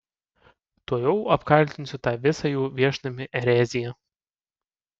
tuojau apkaltinsiu tą visą jų viešnamį erezija